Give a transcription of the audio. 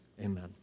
Amen